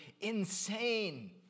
insane